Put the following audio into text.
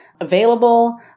available